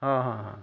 ହ ହ ହ